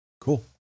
Cool